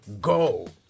go